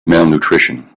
malnutrition